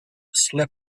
slap